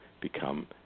become